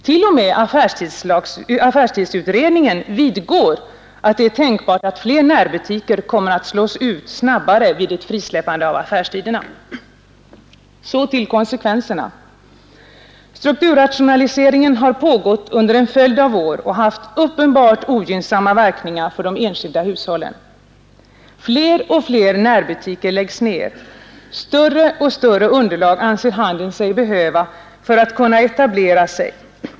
T. o. m. affärstidsutredningen vidgår att det är tänkbart att fler närbutiker snabbare kommer att slås ut vid ett frisläppande av affärstiderna. Så till konsekvenserna. Strukturrationaliseringen har pågått under en följd av år och har haft uppenbart ogynnsamma verkningar för de enskilda hushållen. Fler och fler närbutiker läggs ned. Större och större underlag anser handeln sig behöva för att kunna etablera sig.